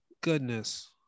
goodness